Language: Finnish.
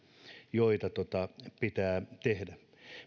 joita joita pitää tehdä